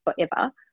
forever